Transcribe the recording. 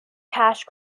cash